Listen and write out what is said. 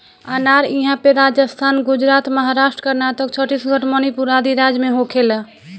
अनार इहां पे राजस्थान, गुजरात, महाराष्ट्र, कर्नाटक, छतीसगढ़ मणिपुर आदि राज में होखेला